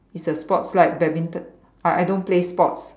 it's a sports like badminton I I don't play sports